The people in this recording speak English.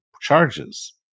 charges